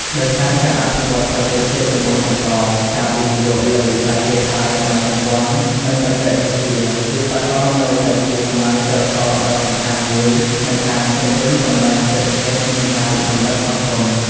ដោយសារការអភិវឌ្ឍន៍ប្រទេសជាតិកំពុងបន្ត ការវិនិយោគលើវិស័យហេដ្ឋារចនាសម្ព័ន្ធ និងបច្ចេកវិទ្យា វិស្វករនៅតែជា កម្លាំងចលករដ៏សំខាន់ មួយក្នុងការជំរុញកំណើនសេដ្ឋកិច្ច និងការរីកចម្រើនសង្គម។